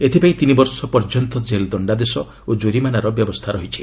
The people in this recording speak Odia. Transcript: ଏଥିପାଇଁ ତିନି ବର୍ଷ ପର୍ଯ୍ୟନ୍ତ କେଲ୍ ଦଶ୍ଡାଦେଶ ଓ ଜୋରିମାନାର ବ୍ୟବସ୍ଥା ଅଛି